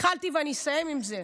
התחלתי ואני אסיים עם זה.